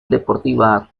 deportiva